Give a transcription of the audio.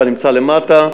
כבר נמצא למטה,